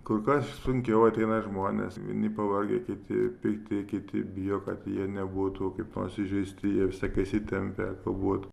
kur kas sunkiau ateina žmonės vieni pavargę kiti pikti kiti bijo kad jie nebūtų kaip nors įžeisti jie visą laiką įsitempę galbūt